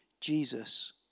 Jesus